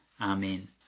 Amen